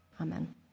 Amen